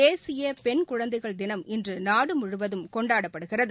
தேசியபெண் குழந்தைகள் தினம் இன்றுநாடுமுழுவதும் கொண்டாடப்படுகிறது